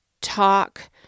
talk